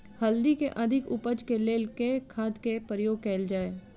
हल्दी केँ अधिक उपज केँ लेल केँ खाद केँ प्रयोग कैल जाय?